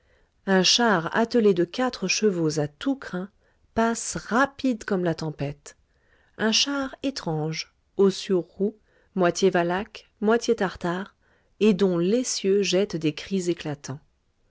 un char attelé de quatre chevaux à tous crins passe rapide comme la tempête un char étrange haut sur roues moitié valaque moitié tartare et dont l'essieu jette des cris éclatants